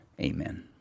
Amen